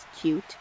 cute